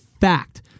fact